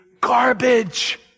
garbage